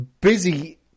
busy